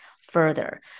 further